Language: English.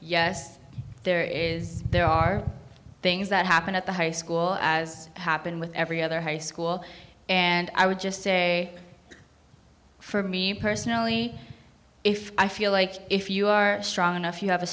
yes there is there are things that happened at the high school as happened with every other high school and i would just say for me personally if i feel like if you are strong enough you have a